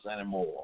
anymore